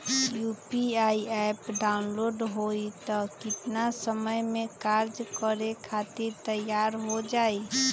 UPI app download होई त कितना समय मे कार्य करे खातीर तैयार हो जाई?